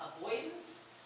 avoidance